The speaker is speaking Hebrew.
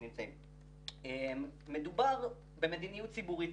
מדובר במדיניות ציבורית,